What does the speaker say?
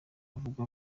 avuga